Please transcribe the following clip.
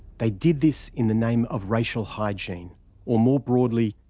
they did this in the name of racial hygiene or, more broadly,